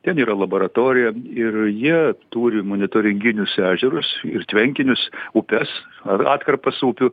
ten yra laboratorija ir jie turi monitoringinius ežerus ir tvenkinius upes ar atkarpas upių